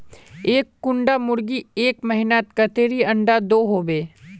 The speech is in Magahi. एक कुंडा मुर्गी एक महीनात कतेरी अंडा दो होबे?